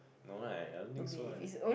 no like I don't think so right